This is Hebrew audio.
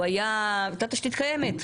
הייתה תשתית קיימת.